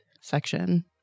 section